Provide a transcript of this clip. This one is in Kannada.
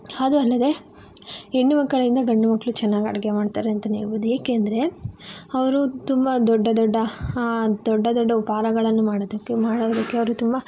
ಅದು ಅಲ್ಲದೇ ಹೆಣ್ಣು ಮಕ್ಕಳಿಗಿಂತ ಗಂಡು ಮಕ್ಕಳು ಚೆನ್ನಾಗಿ ಅಡುಗೆ ಮಾಡ್ತಾರೆ ಅಂತಲೇ ಹೇಳಬಹುದು ಏಕೆಂದ್ರೆ ಅವರು ತುಂಬ ದೊಡ್ಡ ದೊಡ್ಡ ದೊಡ್ಡ ದೊಡ್ಡ ಉಪಹಾರಗಳನ್ನು ಮಾಡೋದಕ್ಕೆ ಮಾಡೋದಕ್ಕೆ ಅವರು ತುಂಬ